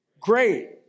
great